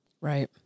Right